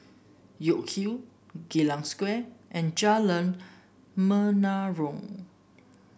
York Hill Geylang Square and Jalan Menarong